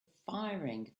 firing